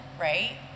right